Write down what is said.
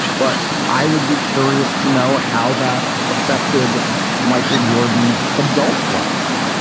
but i would be curious to know how that affected michael jordan's adult life.